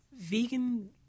Vegan